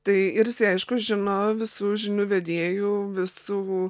tai ir jisai aišku žino visų žinių vedėjų visų